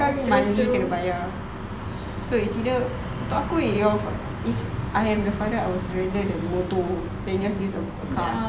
kena bayar so it's either untuk aku your if I am the father I will surrender the motor then just use the car